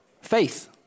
faith